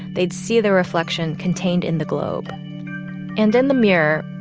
they'd see their reflection contained in the globe and then the mirror.